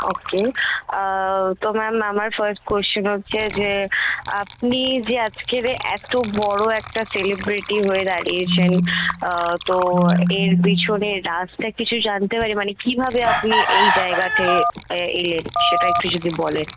ওকে তো ম্যাম আমার first question হচ্ছে যে আপনি যে আজকের এ এতো বড় একটা সেলেব্রেটি হয়ে দাঁড়িয়েছেন তো এর পিছনে রাসটা কিছু জানতে পারি মানে কিভাবে আপনি এই জায়গাতে এলেন সেটা একটু যদি বলেন